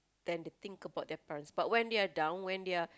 than they think about parents but when they're down when they're